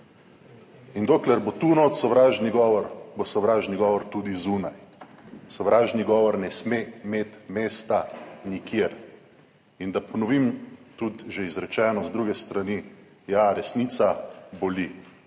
In dokler bo tu notri sovražni govor, bo sovražni govor tudi zunaj. Sovražni govor ne sme imeti mesta nikjer. In da ponovim tudi že izrečeno z druge strani, ja, resnica boli.